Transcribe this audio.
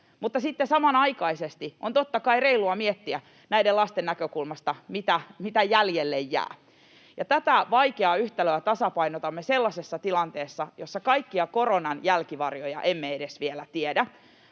sitten samanaikaisesti on, totta kai, reilua miettiä näiden lasten näkökulmasta, mitä jäljelle jää. Ja tätä vaikeaa yhtälöä tasapainotamme sellaisessa tilanteessa, jossa kaikkia koronan jälkivarjoja emme edes vielä tiedä.